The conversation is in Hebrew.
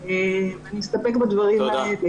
אני אסתפק בדברים האלה.